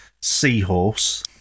seahorse